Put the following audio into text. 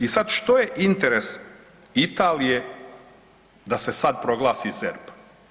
I sad, što je interes Italije da se sad proglasi ZERP?